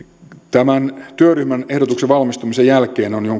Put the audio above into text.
tämän työryhmän ehdotuksen valmistumisen jälkeen on on